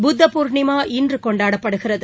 புத்த பூர்ணிமா இன்று கொண்டாடப்படுகிறது